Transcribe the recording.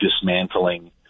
dismantling